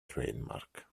trademark